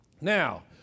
Now